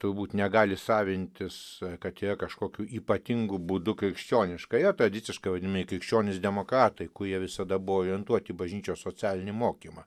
tu būt negali savintis katė kažkokiu ypatingu būdu krikščioniškai tradiciškai vadinami krikščionys demokratai kurie visada buvo orientuoti į bažnyčios socialinį mokymą